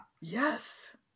Yes